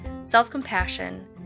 self-compassion